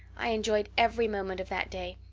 i enjoyed every moment of that day,